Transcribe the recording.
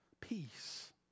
Peace